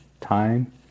time